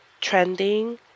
trending